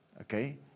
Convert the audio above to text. okay